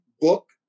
book